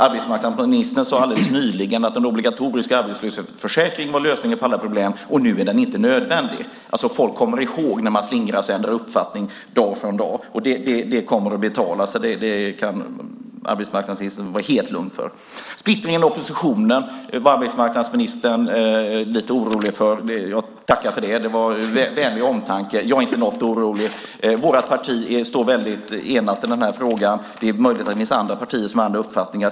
Arbetsmarknadsministern sade alldeles nyligen att den obligatoriska arbetslöshetsförsäkringen var lösningen på alla problem, och nu är den inte nödvändig. Folk kommer ihåg när man slingrar sig och ändrar uppfattning dag från dag. Det kommer att betala sig. Det kan arbetsmarknadsministern vara helt lugn för. Splittringen inom oppositionen var arbetsmarknadsministern lite orolig för. Jag tackar för det. Det var vänlig omtanke. Jag är inte alls orolig. Vårt parti står helt enat i den här frågan. Det är möjligt att det finns andra partier som ändrar uppfattning.